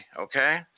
okay